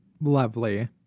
lovely